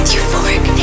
Euphoric